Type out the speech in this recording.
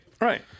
right